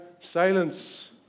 silence